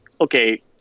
okay